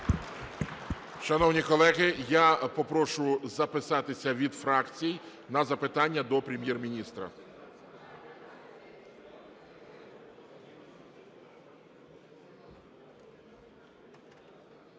Шановні колеги, я попрошу записатися від фракцій на запитання до Прем'єр-міністра.